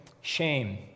shame